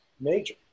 major